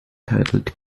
titled